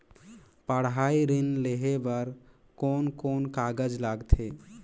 पढ़ाई ऋण लेहे बार कोन कोन कागज लगथे?